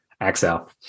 Excel